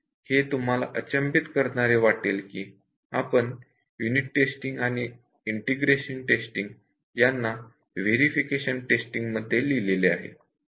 हे तुम्हाला अचंबित करणारे वाटेल की आपण युनिट टेस्टिंग आणि इंटिग्रेशन टेस्टिंग यांना व्हेरिफिकेशन टेक्निक्स मध्ये लिहिलेले आहे